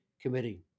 committee